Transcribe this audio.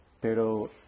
pero